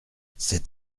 cet